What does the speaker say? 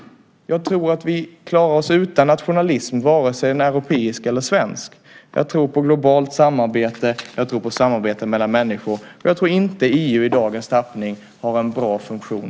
Jag tror att vi klarar oss utan nationalism vare sig den är europeisk eller svensk. Jag tror på globalt samarbete, jag tror på samarbete mellan människor, och jag tror inte att EU i dagens tappning har en bra funktion.